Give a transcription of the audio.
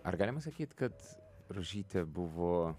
ar galima sakyt kad rožytė buvo